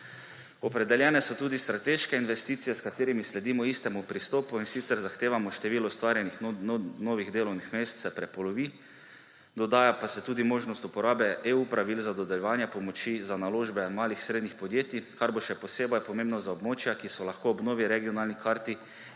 Opredeljene so tudi strateške investicije, s katerimi sledimo istemu pristopu, in sicer zahtevano število ustvarjenih novih delovnih mest se prepolovi, dodaja pa se tudi možnost uporabe EU pravil za dodeljevanje pomoči za naložbe malih in srednjih podjetij, kar bo še posebej pomembno za območja, ki so lahko ob novi regionalni karti